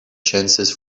chances